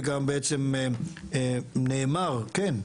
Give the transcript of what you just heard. וגם בעצם נאמר כן,